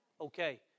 Okay